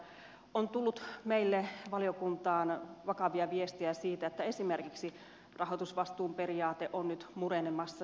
perustuslakivaliokunnasta on tullut meille valiokuntaan vakavia viestejä siitä että esimerkiksi rahoitusvastuun periaate on nyt murenemassa